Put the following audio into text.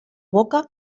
boca